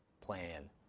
plan